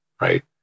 right